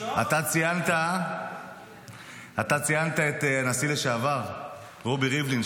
אתה ציינת את הנשיא לשעבר רובי ריבלין,